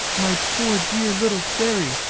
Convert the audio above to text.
my poor, dear little fairy!